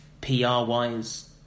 PR-wise